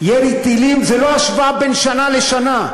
ירי טילים זה לא השוואה בין שנה לשנה.